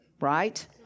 right